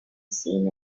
seen